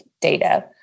data